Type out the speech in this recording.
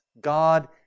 God